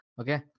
okay